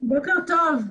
בוקר טוב.